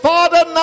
Father